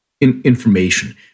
information